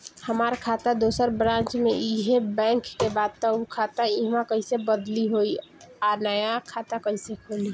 हमार खाता दोसर ब्रांच में इहे बैंक के बा त उ खाता इहवा कइसे बदली होई आ नया खाता कइसे खुली?